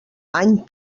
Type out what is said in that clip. any